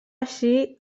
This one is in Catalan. així